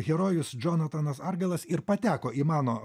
herojus džonatanas argelas ir pateko į mano